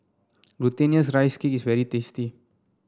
Glutinous Rice Cake is very tasty